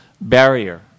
barrier